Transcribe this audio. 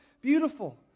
beautiful